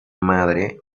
madre